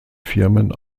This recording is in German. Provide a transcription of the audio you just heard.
firmen